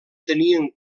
tenien